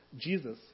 Jesus